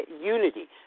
unity